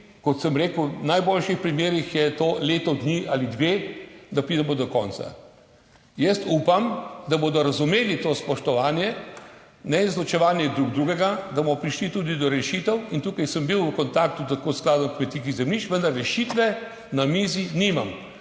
kot sem rekel, da je to v najboljših primerih leto dni ali dve, da pridemo do konca. Jaz upam, da bodo razumeli to spoštovanje, neizločevanje drug drugega, da bomo prišli tudi do rešitev. In tukaj sem bil v kontaktu tako s skladom kmetijskih zemljišč, vendar rešitve na mizi nimam.